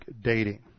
dating